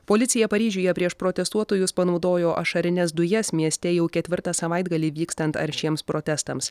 policija paryžiuje prieš protestuotojus panaudojo ašarines dujas mieste jau ketvirtą savaitgalį vykstant aršiems protestams